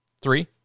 Three